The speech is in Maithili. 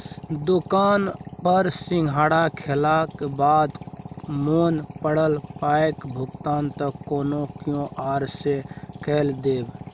दोकान पर सिंघाड़ा खेलाक बाद मोन पड़ल पायक भुगतान त कोनो क्यु.आर सँ कए देब